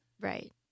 Right